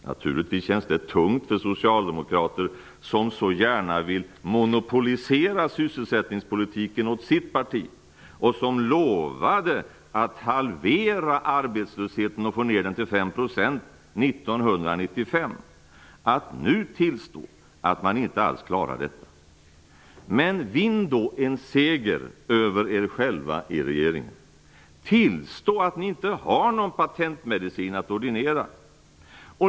Naturligtvis känns det tungt för socialdemokrater, som så gärna vill monopolisera sysselsättningspolitiken åt sitt parti och som lovade att halvera arbetslösheten och få ned den till 5 % 1995, att nu tillstå att man inte alls klarar detta. Men vinn då en seger över er själva i regeringen! Tillstå att ni inte har någon patentmedicin att ordinera.